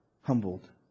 humbled